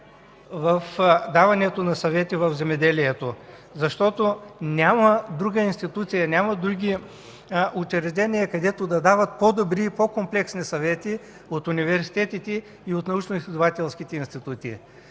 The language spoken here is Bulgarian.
в даването на съвети в земеделието, защото няма друга институция, няма други учреждения, които да дават по-добри и по-комплексни съвети от университетите и от научно-изследователските институти.